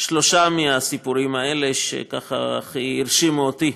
שלושה מהסיפורים האלה, שהכי הרשימו אותי.